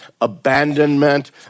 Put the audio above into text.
abandonment